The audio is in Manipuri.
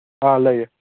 ꯑꯥ ꯂꯩꯌꯦ